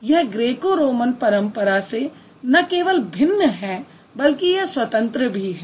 यह Greco Roman परंपरा से न केवल भिन्न है बल्कि यह स्वतंत्र भी है